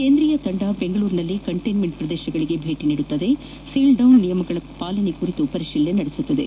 ಕೇಂದ್ರೀಯ ತಂಡ ಬೆಂಗಳೂರಿನಲ್ಲಿ ಕಂಟೈನ್ ಮೆಂಟ್ ಪ್ರದೇಶಗಳಿಗೆ ಭೇಟ ನೀಡಿ ಸೀಲ್ ಡೌನ್ ನಿಯಮಗಳ ಪಾಲನೆ ಕುರಿತು ಪರಿಶೀಲನೆ ನಡೆಸಲಿದೆ